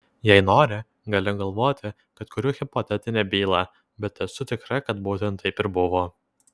jei nori gali galvoti kad kuriu hipotetinę bylą bet esu tikra kad būtent taip ir buvo